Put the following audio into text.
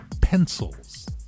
pencils